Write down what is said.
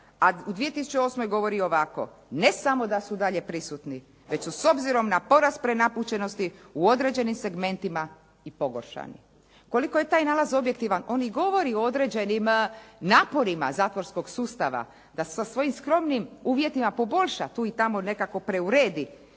A u 2008. govori ovako "ne samo da su dalje prisutni, već su s obzirom na porast prenapučenosti u određenim segmentima i pogoršani". Koliko je taj nalaz objektivan, on i govori o određenim naporima zatvorskog sustava, da sa svojim skromnim uvjetima poboljša tu i tamo nekako preuredi